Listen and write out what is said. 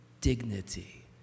dignity